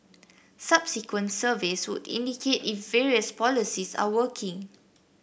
subsequent surveys would indicate if various policies are working